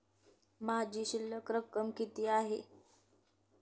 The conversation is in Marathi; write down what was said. माझी शिल्लक रक्कम किती आहे?